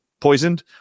Poisoned